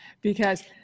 because-